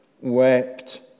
wept